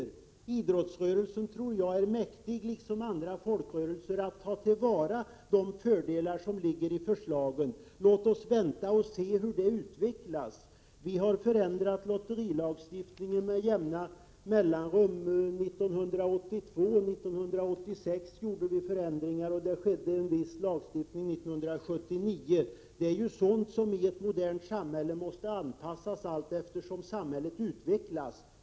Idrottsrörelsen tror jag är mäktig, liksom andra folkrörelser, att ta till vara de fördelar som ligger i förslagen. Låt oss vänta och se hur verksamheten utvecklas. Vi har förändrat lotterilagstiftningen med jämna mellanrum. Det skedde en viss lagstiftning 1979, och 1982 och 1986 gjorde vi förändringar. I ett modernt samhälle måste verksamheter anpassas allteftersom samhället utvecklas.